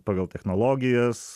pagal technologijas